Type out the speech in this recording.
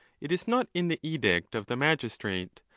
it is not in the edict of the magistrate,